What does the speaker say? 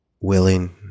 willing